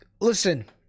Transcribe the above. Listen